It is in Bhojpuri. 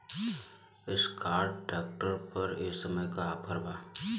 एस्कार्ट ट्रैक्टर पर ए समय का ऑफ़र बा?